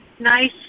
nice